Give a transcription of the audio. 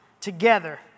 together